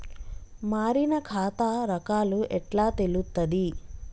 మారిన ఖాతా రకాలు ఎట్లా తెలుత్తది?